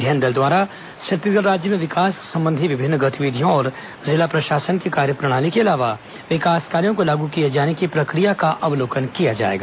अध्ययन दल द्वारा छत्तीसगढ़ राज्य में विकास संबंधी विभिन्न गतिविधियों और जिला प्रशासन की कार्यप्रणाली के अलावा विकास कार्यो को लागू किए जाने की प्रक्रिया का अवलोकन किया जाएगा